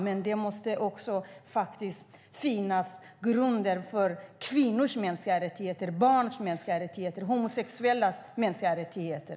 Men i grunden måste också finnas kvinnors mänskliga rättigheter, barns mänskliga rättigheter och homosexuellas mänskliga rättigheter.